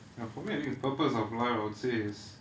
well for me I think the purpose of life I would say is